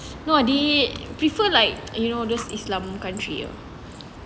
no they prefer like you know just islam country